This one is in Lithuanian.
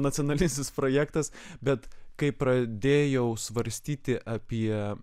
nacionalistinis projektas bet kai pradėjau svarstyti apie